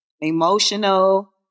emotional